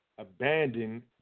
Abandon